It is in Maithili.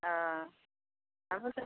हँ आबु सरजी